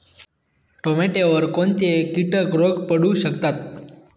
टोमॅटोवर कोणते किटक रोग पडू शकतात?